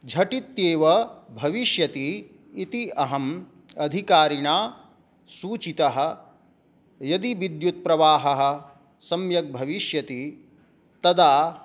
झटित्येव भविष्यति इति अहम् अधिकारिणा सूचितः यदि विद्युत् प्रवाहः सम्यक् भविष्यति तदा